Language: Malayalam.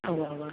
ആ ഉവ്വവ്വ്